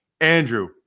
Andrew